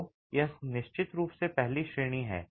तो यह निश्चित रूप से पहली श्रेणी है